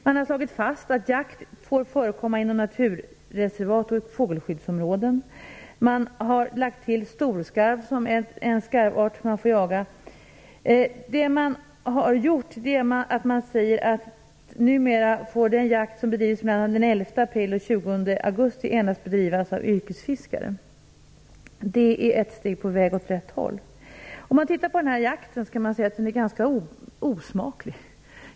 Man har slagit fast att jakt får förekomma inom naturreservat och fågelskyddsområden. Man har lagt till att man även får jaga storskarv. Man säger att numera får den jakt som bedrivs mellan den 11 april och den 20 augusti endast bedrivas av yrkesfiskare. Det är ett steg på väg åt rätt håll. Den här jakten är ganska osmaklig.